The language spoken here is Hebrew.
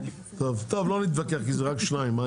לא נתווכח כי זה רק שתיים.